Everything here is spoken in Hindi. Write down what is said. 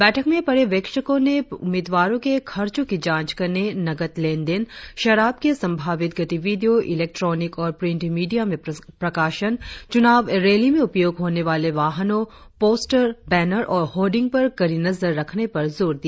बैठक में पर्यवेक्षकों ने उम्मीदवारों के खर्चों की जाँच करने नकद लेनदेन शराब की संभावित गतिविधियों इलैक्ट्रॉनिक और प्रिंट मीडिया में प्रकाशन चुनाव रैली में उपयोग होने वाले वाहनों पोस्टर बेनर और होर्डिंग पर कड़ी नजर रखने पर जोर दिया